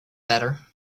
better